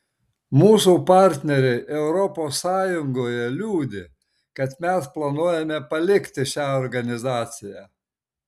mūsų partneriai europos sąjungoje liūdi kad mes planuojame palikti šią organizaciją